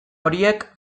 horiek